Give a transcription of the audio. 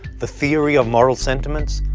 the theory of moral sentiments,